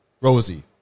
Rosie